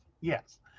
Yes